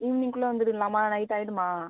ஈவினிங்குள்ளே வந்துடலாமா நைட் ஆகிடுமா